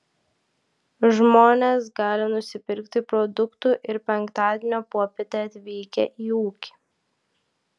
žmonės gali nusipirkti produktų ir penktadienio popietę atvykę į ūkį